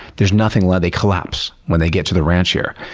there's nothing left. they collapse when they get to the ranch here.